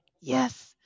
Yes